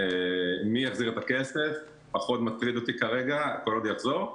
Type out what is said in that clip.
מי יחזיר את הכסף שזה פחות מטריד אותי כרגע כל עוד יחזור,